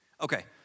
Okay